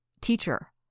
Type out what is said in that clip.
Teacher